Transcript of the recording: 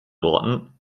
worten